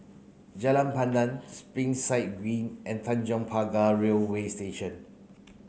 Jalan Pandan Springside Green and Tanjong Pagar Railway Station